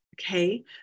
okay